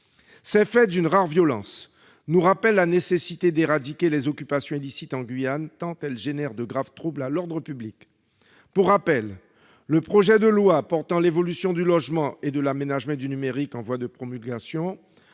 Ces faits d'une rare violence nous rappellent la nécessité d'éradiquer les occupations illicites en Guyane tant elles engendrent de graves troubles à l'ordre public. Pour rappel, la loi portant évolution du logement, de l'aménagement et du numérique, en voie de promulgation,